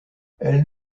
elle